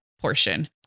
portion